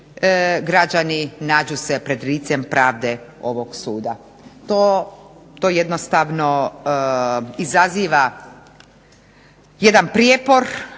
građani nađu se pred licem pravde ovog suda. To jednostavno izaziva jedan prijepor,